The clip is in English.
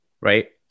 right